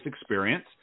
experience